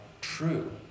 true